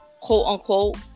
quote-unquote